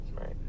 Right